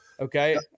Okay